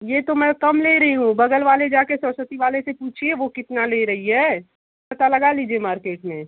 ये तो मैं कम ले रही हूँ बगल वाले जाके सरस्वती वाले से पूछिए वो कितना ले रही है पता लगा लीजिए मार्केट में